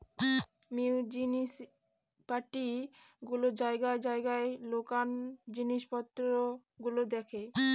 municipality গুলো জায়গায় জায়গায় লোকাল জিনিস পত্র গুলো দেখে